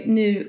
nu